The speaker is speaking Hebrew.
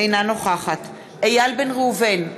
אינה נוכחת איל בן ראובן,